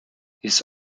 his